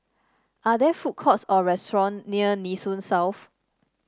are there food courts or restaurant near Nee Soon South